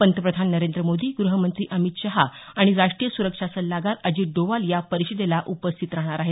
पंतप्रधान नरेंद्र मोदी ग़हमंत्री अमित शहा आणि राष्ट्रीय सुरक्षा सल्लागार अजित डोवाल या परिषदेला उपस्थित राहणार आहेत